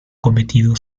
cometido